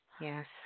Yes